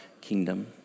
kingdom